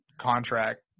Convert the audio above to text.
contract